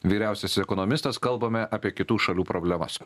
vyriausias ekonomistas kalbame apie kitų šalių problemas